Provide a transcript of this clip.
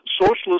socialist